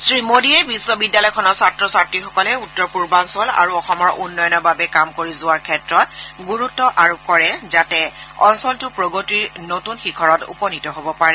শ্ৰীমোদীয়ে বিধ্ববিদ্যালয়খনৰ ছাত্ৰ ছাত্ৰীসকলে উত্তৰ পূৰ্বাঞ্চল আৰু অসমৰ উন্নয়নৰ বাবে কাম কৰি যোৱাৰ ক্ষেত্ৰত গুৰুত্ব আৰোপ কৰে যাতে অঞ্চলটে প্ৰগতিৰ নতূন শিখৰত উপনীত হ'ব পাৰে